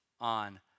on